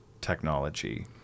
technology